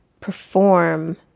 perform